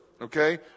okay